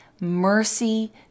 mercy